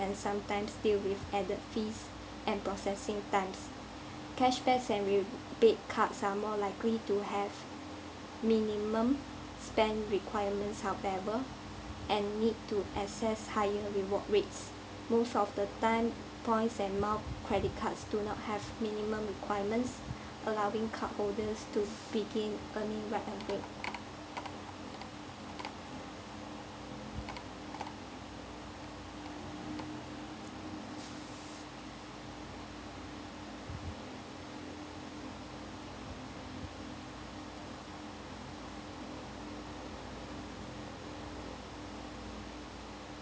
and sometimes still with added fees and processing times cashbacks and rebate cards are more likely to have minimum spend requirements however and need to access higher reward rates most of the time points and miles credit card do not have minimum requirements allowing cardholders to begin earning right away